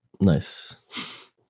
Nice